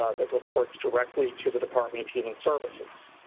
ah that reports directly to the department of human services.